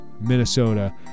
Minnesota